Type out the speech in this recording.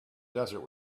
desert